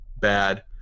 bad